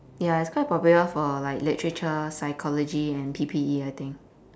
ya it's quite popular like for literature psychology and P_P_E I think